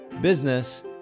business